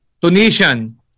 Tunisian